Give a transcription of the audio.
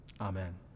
Amen